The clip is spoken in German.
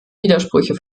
widersprüche